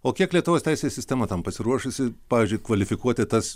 o kiek lietuvos teisės sistema tam pasiruošusi pavyzdžiui kvalifikuoti tas